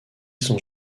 sont